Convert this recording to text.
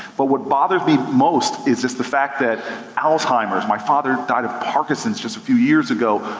but what bothered me most is just the fact that alzeimer's, my father died of parkinson's just a few years ago,